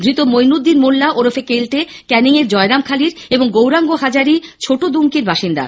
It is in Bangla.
ধৃত মৈনুদ্দিন মোল্লা ওরফে কেল্টে ক্যানিংয়ের জয়রামখালির এবং গৌরাঙ্গ হাজারি ছোটো দুমকির বাসিন্দা